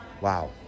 wow